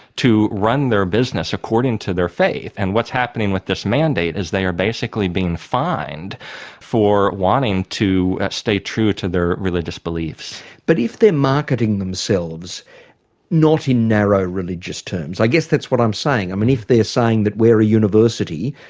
to run their business according to their faith. and what's happening with this mandate is they are basically being fined for wanting to stay true to their religious beliefs. but if they're marketing themselves not in narrow religious terms i guess that's what i'm saying i mean, if they're saying that we're a university,